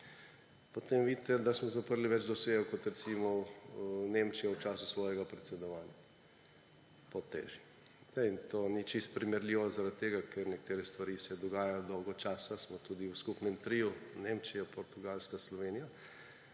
potem vidite, da smo zaprli več dosjejev, kot recimo Nemčija v času svojega predsedovanja, po teži. To ni čisto primerljivo zaradi tega, ker se nekatere stvari dogajajo dolgo časa, smo tudi v skupnem triu Nemčija-Portugalska-Slovenija.